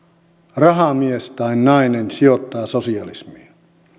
rahamies tai nainen sijoittaa sosialismiin